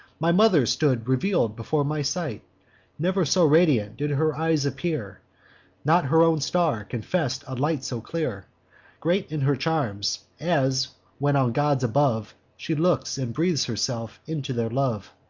my mother stood reveal'd before my sight never so radiant did her eyes appear not her own star confess'd a light so clear great in her charms, as when on gods above she looks, and breathes herself into their love.